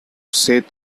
seth